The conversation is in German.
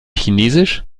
chinesisch